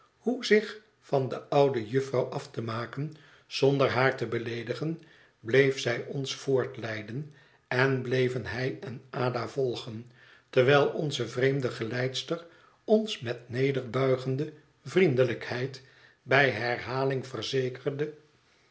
zich van de oude jufvrouw af te maken zonder haar te beleedigen bleef zij ons voortleiden en bleven hij en ada volgen terwijl onze vreemde geleidster ons met nederbuigende vriendelijkheid bij herhaling verzekerde